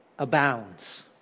abounds